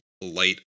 light